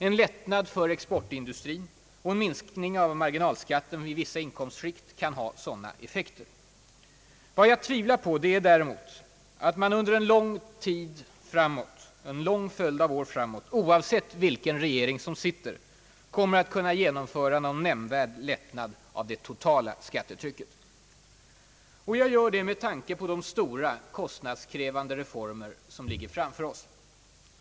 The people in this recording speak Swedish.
En lättnad för exportindustrin och en minskning av marginalskatten vid vissa inkomstskikt kan ha sådana effekter. Vad jag tvivlar på är däremot att man under en lång följd av år framåt, oavsett vilken regering som sitter, kommer att kunna genomföra någon nämnvärd lättnad av det totala skattetrycket. Jag gör det med tanke på de stora kostnadskrävande reformer som = ligger framför oss.